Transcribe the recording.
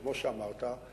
כמו שאמרת,